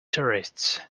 tourists